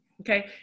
okay